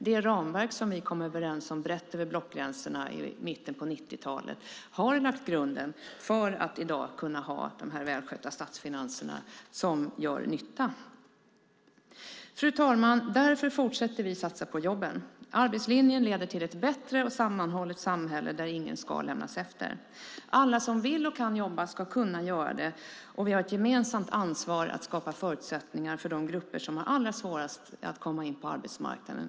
Det ramverk som vi kom överens om brett över blockgränserna i mitten av 90-talet har lagt grunden för dagens välskötta statsfinanser som gör nytta. Fru talman! Därför fortsätter vi satsa på jobben. Arbetslinjen leder till ett bättre och sammanhållet samhälle där ingen ska lämnas efter. Alla som vill och kan jobba ska kunna göra det, och vi har ett gemensamt ansvar att skapa förutsättningar för de grupper som har allra svårast att komma in på arbetsmarknaden.